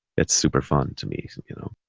it's super fun to me, you know,